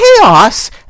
Chaos